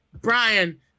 Brian